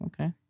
okay